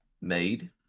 made